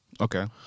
Okay